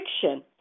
fiction